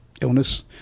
illness